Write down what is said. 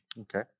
Okay